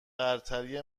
برتری